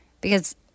Because-